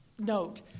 note